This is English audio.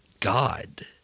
God